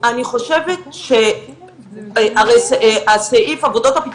את יודעת שבסוף העצות שלי טובות,